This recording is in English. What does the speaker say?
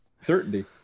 certainty